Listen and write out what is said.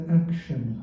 action